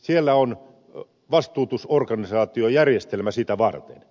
siellä on vastuutusorganisaatiojärjestelmä sitä varten